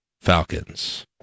Falcons